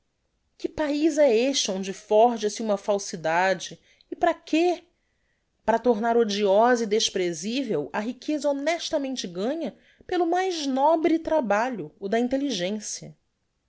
que paiz é este onde forja se uma falsidade e para que para tornar odiosa e despresivel a riqueza honestamente ganha pelo mais nobre trabalho o da intelligencia